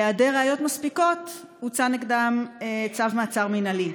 בהיעדר ראיות מספיקות הוצא נגדם צו מעצר מינהלי.